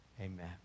Amen